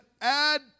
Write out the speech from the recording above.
add